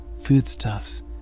foodstuffs